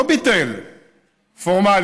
לא ביטל פורמלית.